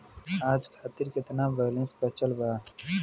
आज खातिर केतना बैलैंस बचल बा?